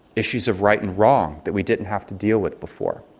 issues of right and wrong that we didn't have to deal with before.